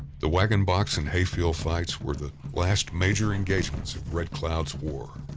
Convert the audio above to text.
the wagon box and hayfield fights were the last major engagements of red cloud's war.